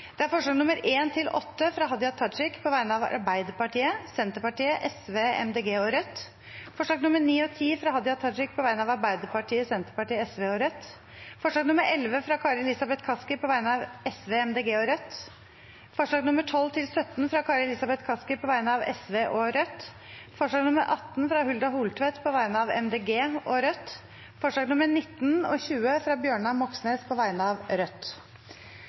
Det er forslagene nr. 1–8, fra Hadia Tajik på vegne av Arbeiderpartiet, Senterpartiet, Sosialistisk Venstreparti, Miljøpartiet De Grønne og Rødt forslagene nr. 9 og 10, fra Hadia Tajik på vegne av Arbeiderpartiet, Senterpartiet, Sosialistisk Venstreparti og Rødt forslag nr. 11, fra Kari Elisabeth Kaski på vegne av Sosialistisk Venstreparti, Miljøpartiet De Grønne og Rødt forslagene nr. 12–17, fra Kari Elisabeth Kaski på vegne av Sosialistisk Venstreparti og Rødt forslag nr. 18, fra Hulda Holtvedt på vegne av Miljøpartiet De Grønne og Rødt forslagene nr. 19 og 20, fra Bjørnar Moxnes på vegne av Rødt